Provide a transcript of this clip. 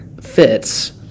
fits